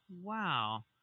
Wow